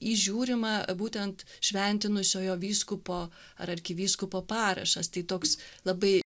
įžiūrima būtent šventinusiojo vyskupo ar arkivyskupo parašas tai toks labai